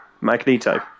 Magneto